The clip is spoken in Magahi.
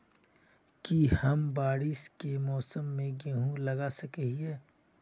की हम बारिश के मौसम में गेंहू लगा सके हिए?